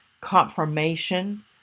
confirmation